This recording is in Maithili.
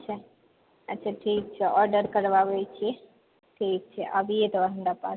अच्छा अच्छा ठीक छै ऑर्डर करबाबै छी ठीक छै अबियै तऽ हमरा पास